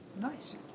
Nice